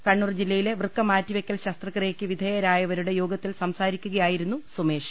കണ്ണൂർ ജില്ലയിലെ വൃക്ക മാറ്റിവയ്ക്കൽ ശസ്ത്രക്രിയയ്ക്ക് വിധേയ രായവരുടെ യോഗത്തിൽ സംസാരിക്കുകയായിരുന്നു സുമേഷ്